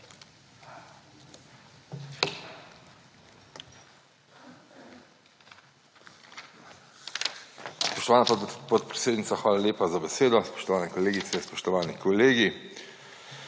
Spoštovana podpredsednica, hvala lepa za besedo. Spoštovane kolegice, spoštovani kolegi.